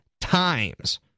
times